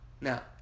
Now